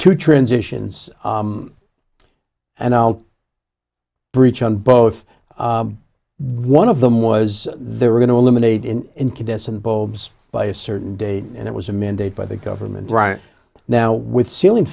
two transitions and breach on both one of them was they were going to eliminate incandescent bulbs by a certain date and it was a mandate by the government right now with ceiling